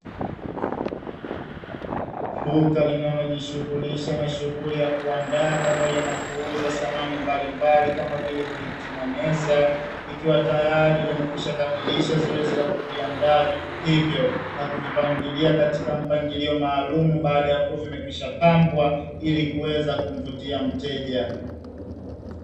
Duka linalojishughulisha na shughuli ya kuandaa pamoja na kuuza samani mbalimbali kama vile viti na meza, likiwa tayari limekwishakamilisha zoezi la kuviandaa vitu hivyo na kuvipangilia katika mpangilio maalumu, baada ya kuwa vimekwishapambwa ili kuweza kumvutia mteja.